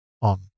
on